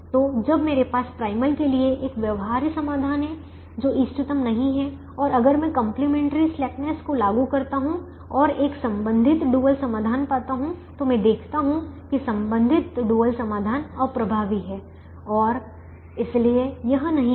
तो जब मेरे पास प्राइमल के लिए एक व्यवहार्य समाधान है जो इष्टतम नहीं है और अगर मैं कंप्लीमेंट्री स्लैकनेस को लागू करता हूं और एक संबंधित डुअल समाधान पाता हूं तो मैं देखता हूं कि संबंधित डुअल समाधान अप्रभावी है और इसलिए यह नहीं है